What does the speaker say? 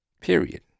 period